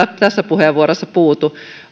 tässä puheenvuorossa puutu